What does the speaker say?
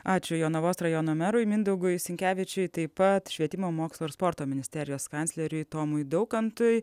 ačiū jonavos rajono merui mindaugui sinkevičiui taip pat švietimo mokslo ir sporto ministerijos kancleriui tomui daukantui